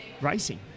racing